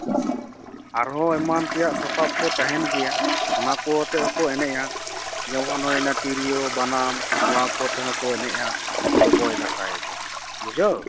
ᱟᱨᱦᱚᱸ ᱮᱢᱟᱱ ᱛᱮᱭᱟᱜ ᱥᱟᱯᱟᱵ ᱠᱚ ᱛᱟᱦᱮᱱ ᱜᱮᱭᱟ ᱚᱱᱟᱠᱚ ᱟᱛᱮ ᱦᱚᱸᱠᱚ ᱮᱱᱮᱡ ᱜᱮᱭᱟ ᱡᱮᱢᱚᱱ ᱦᱩᱭᱮᱱᱟ ᱛᱨᱤᱭᱳ ᱵᱟᱱᱟᱢ ᱱᱚᱣᱟ ᱠᱚᱛᱮᱦᱚᱸ ᱠᱚ ᱮᱱᱮᱡᱼᱟ ᱞᱚᱵᱚᱭ ᱫᱟᱸᱥᱟᱭ ᱫᱚ ᱵᱩᱡᱷᱟᱹᱣ